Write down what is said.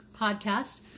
podcast